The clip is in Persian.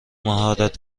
مهارت